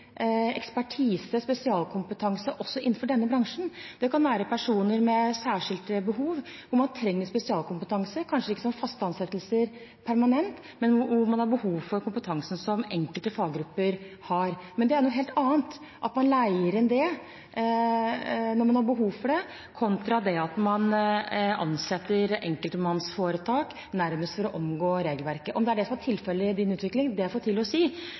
ekspertise og spesialkompetanse også innenfor denne bransjen. Det kan være personer med særskilte behov og hvor man trenger spesialkompetanse, kanskje ikke som faste ansettelser permanent, men hvor man har behov for kompetansen som enkelte faggrupper har. Men det er noe helt annet at man leier inn det når man har behov for det, kontra det at man ansetter enkeltmannsforetak nærmest for å omgå regelverket. Om det er det som er tilfellet i Din Utvikling, er for tidlig å si,